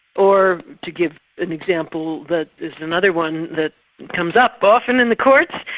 or to give an example that is another one that comes up often in the courts,